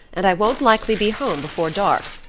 and i won't likely be home before dark.